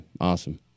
awesome